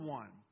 one